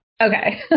Okay